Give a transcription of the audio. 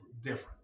different